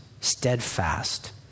steadfast